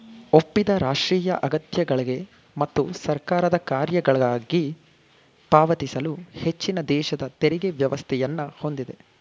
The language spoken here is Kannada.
ಒಪ್ಪಿದ ರಾಷ್ಟ್ರೀಯ ಅಗತ್ಯಗಳ್ಗೆ ಮತ್ತು ಸರ್ಕಾರದ ಕಾರ್ಯಗಳ್ಗಾಗಿ ಪಾವತಿಸಲು ಹೆಚ್ಚಿನದೇಶದ ತೆರಿಗೆ ವ್ಯವಸ್ಥೆಯನ್ನ ಹೊಂದಿದೆ